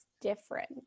different